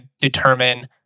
determine